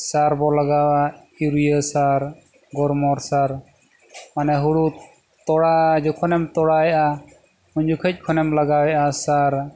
ᱥᱟᱨ ᱵᱚ ᱞᱟᱜᱟᱣᱟ ᱤᱭᱩᱨᱤᱭᱟᱹ ᱥᱟᱨ ᱜᱚᱨᱢᱚᱨ ᱥᱟᱨ ᱢᱟᱱᱮ ᱦᱩᱲᱩ ᱛᱚᱞᱟ ᱡᱚᱠᱷᱚᱱᱮᱢ ᱛᱚᱞᱟᱭᱮᱜᱼᱟ ᱩᱱ ᱡᱚᱠᱷᱚᱱ ᱠᱷᱚᱱᱮᱢ ᱞᱟᱜᱟᱣᱮᱜᱼᱟ ᱥᱟᱨ